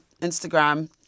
Instagram